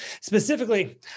Specifically